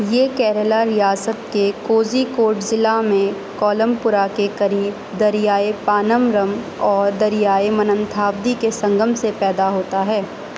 یہ کیرلہ ریاست کے کوزیکوڈ ضلع میں کولمپرا کے قریب دریائے پانمرم اور دریائے مننتھاودی کے سنگم سے پیدا ہوتا ہے